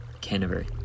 Canterbury